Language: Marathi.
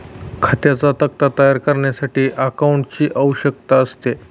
खात्यांचा तक्ता तयार करण्यासाठी अकाउंटंटची आवश्यकता असते